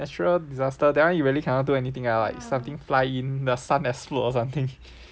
natural disasters that [one] you really cannot do anything ah like something fly in the sun explode or something